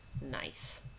Nice